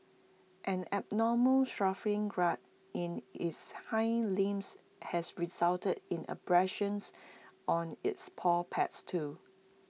an abnormal shuffling gait in its hind limbs has resulted in abrasions on its paw pads too